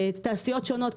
תעשיות שונות,